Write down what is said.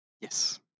Yes